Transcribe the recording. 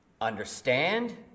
understand